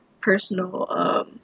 personal